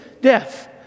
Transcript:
death